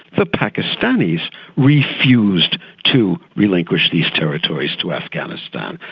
the pakistanis refused to relinquish these territories to afghanistan,